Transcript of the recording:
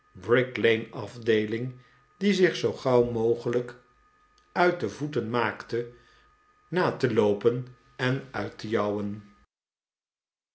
bricklaneafdeeling die zich zoo gauw mogelijk uit de voeten maakten na te loopen en uit te